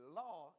law